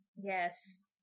yes